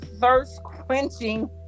thirst-quenching